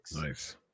Nice